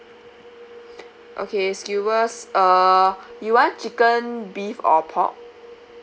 okay skewers uh you want chicken beef or pork